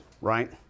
right